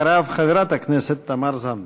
אחריו, חברת הכנסת תמר זנדברג.